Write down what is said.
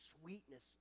sweetness